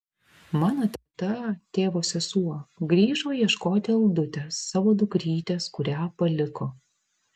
mano teta tėvo sesuo grįžo ieškoti aldutės savo dukrytės kurią paliko